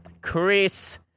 Chris